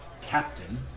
captain